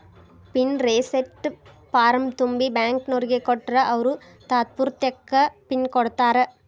pin reset ಫಾರ್ಮ್ನ ತುಂಬಿ ಬ್ಯಾಂಕ್ನೋರಿಗ್ ಕೊಟ್ರ ಅವ್ರು ತಾತ್ಪೂರ್ತೆಕ ಪಿನ್ ಕೊಡ್ತಾರಾ